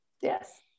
Yes